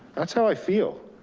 that's how i feel.